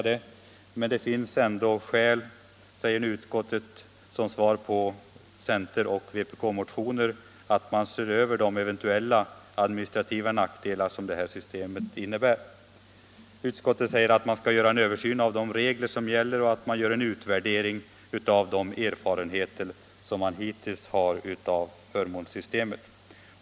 Det finns ändå skäl, säger utskottet som svar på motioner från centern och vpk, att man ser över de eventuella administrativa nackdelar som det nuvarande systemet innebär. Utskottet säger att man skall göra en översyn av de regler som gäller och att man gör en utvärdering av de erfarenheter som man hittills har av förmånssystemet.